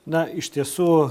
na iš tiesų